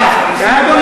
לך.